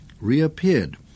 reappeared